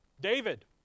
David